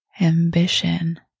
ambition